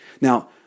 Now